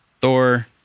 Thor